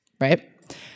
Right